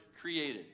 created